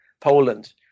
Poland